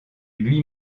lui